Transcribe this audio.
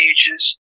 Ages